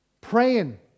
praying